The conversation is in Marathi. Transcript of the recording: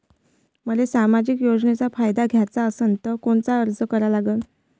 मले सामाजिक योजनेचा फायदा घ्याचा असन त कोनता अर्ज करा लागन?